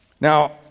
Now